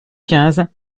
quinze